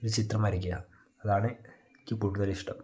ഒരു ചിത്രം വരക്കീന അതാണ് എനിക്ക് കൂടുതൽ ഇഷ്ടം